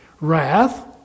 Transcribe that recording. wrath